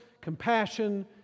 compassion